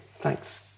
thanks